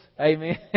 Amen